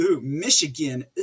Michigan